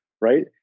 right